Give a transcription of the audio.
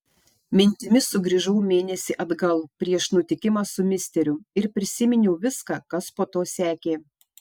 mintimis sugrįžau mėnesį atgal prieš nutikimą su misteriu ir prisiminiau viską kas po to sekė